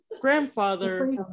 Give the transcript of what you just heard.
grandfather